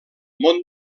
món